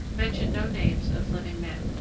mention no names of living men,